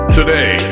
Today